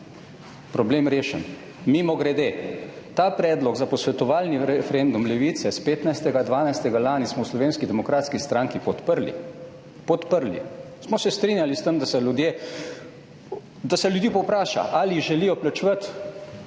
problem rešen. Mimogrede, ta predlog za posvetovalni referendum Levice iz 15. 12. lani smo v Slovenski demokratski stranki podprli, podprli, smo se strinjali s tem, da se ljudi povpraša ali želijo plačevati